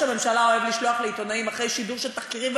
הממשלה אוהב לשלוח לעיתונאים אחרי שידור של תחקירים,